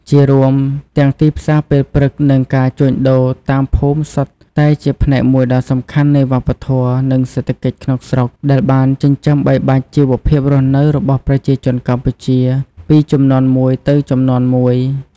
ជារួម ទាំងទីផ្សារពេលព្រឹក និងការជួញដូរតាមភូមិសុទ្ធតែជាផ្នែកមួយដ៏សំខាន់នៃវប្បធម៌ និងសេដ្ឋកិច្ចក្នុងស្រុក ដែលបានចិញ្ចឹមបីបាច់ជីវភាពរស់នៅរបស់ប្រជាជនកម្ពុជាពីជំនាន់មួយទៅជំនាន់មួយ។